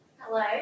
Hello